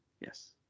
Yes